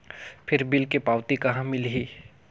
फिर बिल के पावती कहा मिलही?